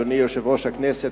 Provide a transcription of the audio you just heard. אדוני יושב-ראש הכנסת,